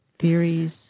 theories